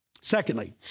Secondly